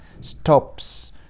stops